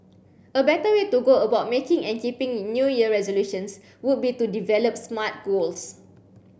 a better way to go about making and keeping in new year resolutions would be to develop smart goals